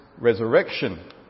resurrection